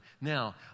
Now